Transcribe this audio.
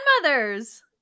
grandmother's